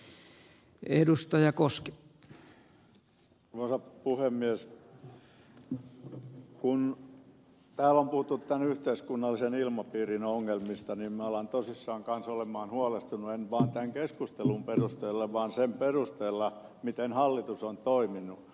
kun täällä on puhuttu yhteiskunnallisen ilmapiirin ongelmista niin minä alan tosissani kanssa olla huolestunut en vaan tämän keskustelun perusteella vaan sen perusteella miten hallitus on toiminut